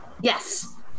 Yes